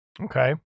okay